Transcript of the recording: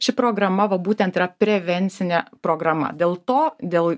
ši programa va būtent yra prevencinė programa dėl to dėl